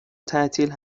تعطیل